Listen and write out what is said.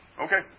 Okay